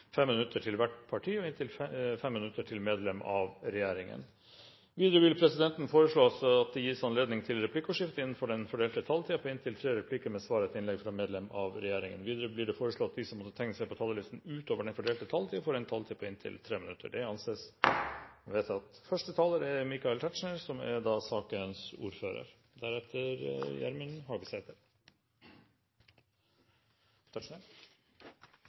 fem replikker med svar etter innlegg fra medlem av regjeringen innenfor den fordelte taletid. Videre blir det foreslått at de som måtte tegne seg på talerlisten utover den fordelte taletid, får en taletid på inntil 3 minutter. – Det anses vedtatt. Stortinget skal nå behandle et forslag som